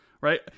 right